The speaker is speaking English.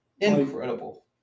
Incredible